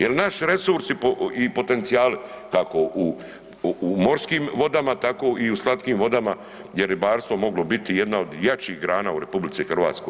Jer naš resursi i potencijali, kako u morskim vodama, tako i u slatkim vodama je ribarstvo moglo biti jedna od jačih grana u RH.